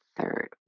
third